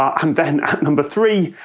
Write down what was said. and then, at number three.